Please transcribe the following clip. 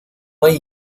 hay